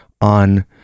on